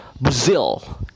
Brazil